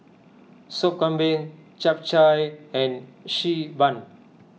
Sup Kambing Chap Chai and Xi Ban